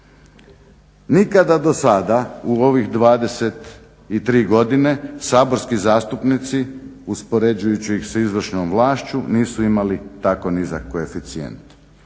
Nikada do sada u ovih 23 godine saborski zastupnici uspoređujući ih sa izvršnom vlašću nisu imali tako nizak koeficijent.